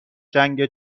جنگ